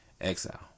exile